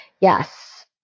Yes